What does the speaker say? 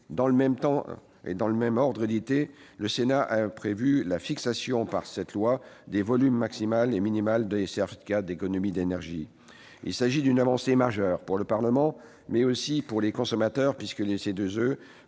variant de 10 à 60 %. Dans le même ordre d'idées, le Sénat a prévu la fixation par cette loi des volumes maximal et minimal des certificats d'économies d'énergie, les CEE. Il s'agit d'une avancée majeure pour le Parlement, mais aussi pour les consommateurs, puisque ces